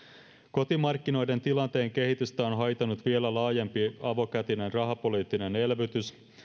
kotimarkkinoiden tilanteen kehitystä on on haitannut vielä laajempi avokätinen rahapoliittinen elvytys